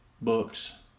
books